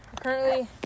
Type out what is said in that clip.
Currently